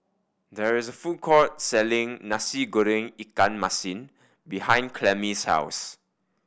there is a food court selling Nasi Goreng ikan masin behind Clemmie's house